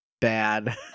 bad